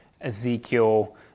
Ezekiel